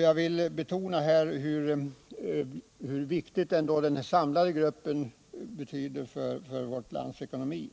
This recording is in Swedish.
Jag vill betona hur mycket denna samlade grupp betyder för vårt lands ekonomi.